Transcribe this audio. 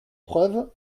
preuve